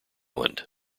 island